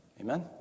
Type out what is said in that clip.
Amen